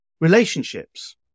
relationships